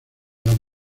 don